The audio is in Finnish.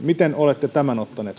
miten olette tämän ottaneet